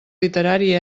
literari